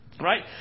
Right